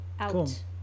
out